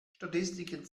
statistiken